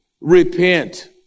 repent